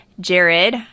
Jared –